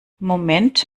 moment